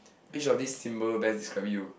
which of this simple bands describe you